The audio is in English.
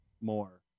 more